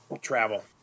travel